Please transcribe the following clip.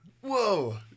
Whoa